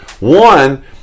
One